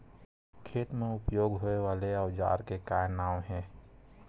खेत मा उपयोग होए वाले औजार के का नाम हे?